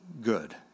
good